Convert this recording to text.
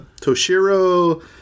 Toshiro